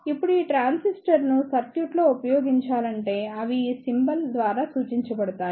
ఇప్పుడు ఈ ట్రాన్సిస్టర్ను సర్క్యూట్లో ఉపయోగించాలంటే అవి ఈ సింబల్ ద్వారా సూచించబడతాయి